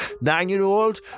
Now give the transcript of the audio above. Nine-year-old